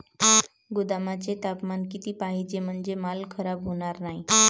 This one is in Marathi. गोदामाचे तापमान किती पाहिजे? म्हणजे माल खराब होणार नाही?